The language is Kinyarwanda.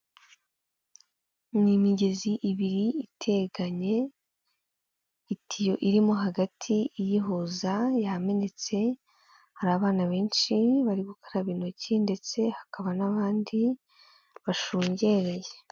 Ni imigezi ibiri iteganye, itiyo irimo hagati iyihuza yamenetse, hari abana benshi bari gukaraba intoki ndetse hakaba n'abandi bashungereye.